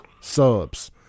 subs